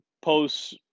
posts